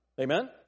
Amen